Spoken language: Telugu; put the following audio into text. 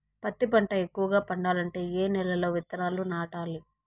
పత్తి పంట ఎక్కువగా పండాలంటే ఏ నెల లో విత్తనాలు నాటాలి?